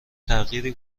تغییری